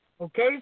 Okay